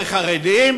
2,000 לחרדים